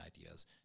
ideas